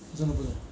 我真的不懂